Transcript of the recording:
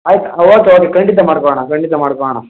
ಆಯ್ತು okay okay ಖಂಡಿತ ಮಾಡಿಕೊಡೋಣ ಖಂಡಿತ ಮಾಡಿಕೊಡೋಣ